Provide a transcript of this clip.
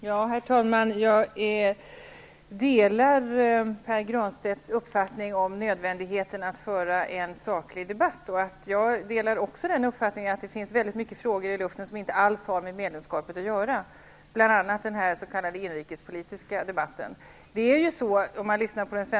Herr talman! Jag delar Pär Granstedts uppfattning om nödvändigheten av att föra en saklig debatt. Jag delar också den uppfattningen att det finns väldigt många frågor i luften som inte alls har med medlemskapet att göra, bl.a. den s.k. inrikespolitiska debatten.